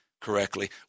correctly